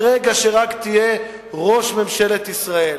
ברגע שרק תהיה ראש ממשלת ישראל,